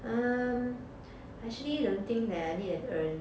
um actually don't think that I need an urn